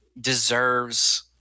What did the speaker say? deserves